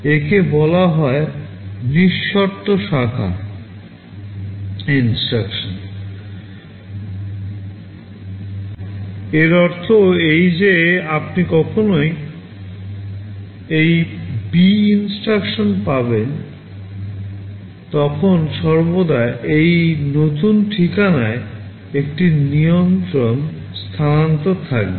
একে বলা হয় নিঃশর্ত শাখা INSTRUCTION এর অর্থ এই যে আপনি যখনই এই বি INSTRUCTION পাবেন তখন সর্বদা এই নতুন ঠিকানায় একটি নিয়ন্ত্রণ স্থানান্তর থাকবে